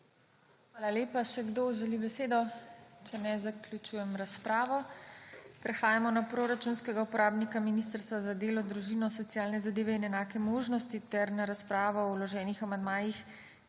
Hvala lepa. Še kdo želi besedo? Če ne zaključujem razpravo. Prehajamo na proračunskega uporabnika Ministrstvo za delo, družino, socialne zadeve in enake možnosti ter na razpravo o vloženih amandmajih